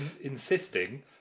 insisting